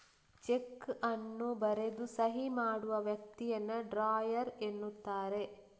check ಅನ್ನು ಬರೆದು ಸಹಿ ಮಾಡುವ ವ್ಯಕ್ತಿಯನ್ನ ಡ್ರಾಯರ್ ಎನ್ನುತ್ತಾರೆ